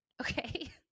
okay